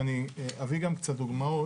ואני אביא גם קצת דוגמאות,